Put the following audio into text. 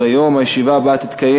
חמישה בעד,